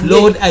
Lord